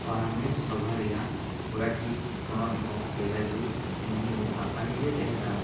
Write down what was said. ᱯᱚᱨᱟᱢᱮᱥ ᱥᱚᱵᱷᱟ ᱨᱮᱭᱟᱜ ᱜᱚᱴᱟ ᱴᱷᱤᱠ ᱯᱚᱱᱚᱛ ᱜᱚᱢᱠᱮ ᱞᱟᱹᱜᱤᱫ ᱢᱩᱦᱱᱤ ᱟᱠᱟᱱᱤᱡᱼᱮ ᱛᱟᱦᱮᱸᱠᱟᱱᱟ